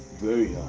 very